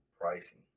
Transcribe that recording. pricing